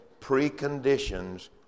preconditions